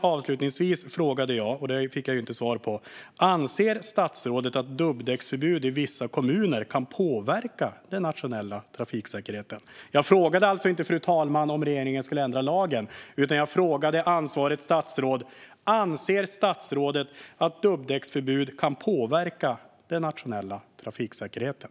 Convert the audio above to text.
Avslutningsvis frågade jag, och jag fick inget svar: Anser statsrådet att dubbdäcksförbud i vissa kommuner kan påverka den nationella trafiksäkerheten? Jag frågade alltså inte om regeringen skulle ändra lagen, utan jag frågade om ansvarigt statsråd anser att dubbdäcksförbud kan påverka den nationella trafiksäkerheten.